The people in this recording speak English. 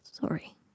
Sorry